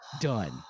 done